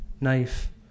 knife